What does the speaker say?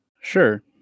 Sure